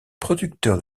producteur